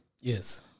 Yes